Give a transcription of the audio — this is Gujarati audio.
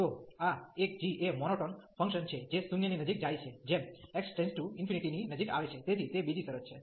તો આ એક g એ મોનોટોન ફંકશન છે જે 0 ની નજીક જાય છે જેમ x→∞ ની નજીક આવે છે તેથી તે બીજી શરત છે